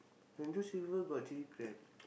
Long-Joh-Silver got chilli crab